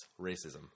racism